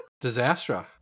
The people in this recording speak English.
Disaster